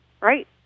right